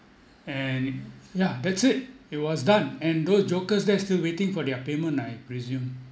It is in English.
and yeah that's it it was done and those jokers they're still waiting for their payment I presume